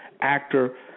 actor